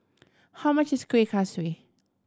how much is Kueh Kaswi